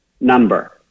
number